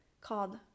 called